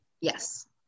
Yes